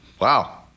Wow